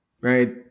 right